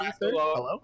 Hello